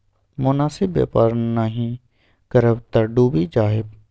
मोनासिब बेपार नहि करब तँ डुबि जाएब